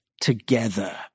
together